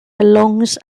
belongs